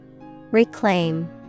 Reclaim